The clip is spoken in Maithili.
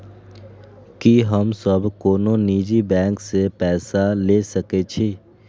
की हम सब कोनो निजी बैंक से पैसा ले सके छी?